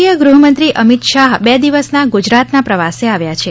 કેન્દ્રીય ગૃહમંત્રી અમિત શાહ બે દિવસના ગુજરાતના પ્રવાસે આવ્યા છે